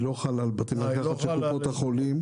היא לא חלה על בתי מרקחת של קופות החולים.